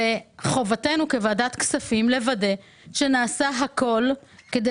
חובתנו כוועדת הכספים לוודא שנעשה הכול כדי